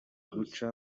guca